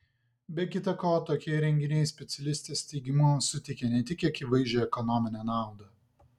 be kita ko tokie renginiai specialistės teigimu suteikia ne tik akivaizdžią ekonominę naudą